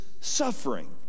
suffering